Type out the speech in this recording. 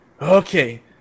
okay